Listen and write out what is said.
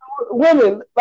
women